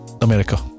America